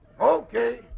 Okay